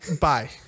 Bye